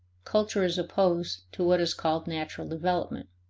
culture is opposed to what is called natural development.